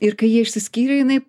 ir kai jie išsiskyrė jinai